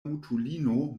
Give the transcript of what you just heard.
mutulino